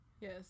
Yes